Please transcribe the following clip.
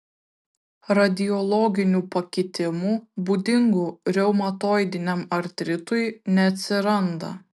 radiologinių pakitimų būdingų reumatoidiniam artritui neatsiranda